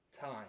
Time